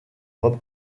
rob